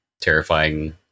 terrifying